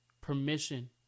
permission